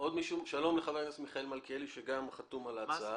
שלום לחבר הכנסת מיכאל מלכיאלי שגם חתום על ההצעה.